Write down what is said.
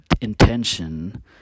intention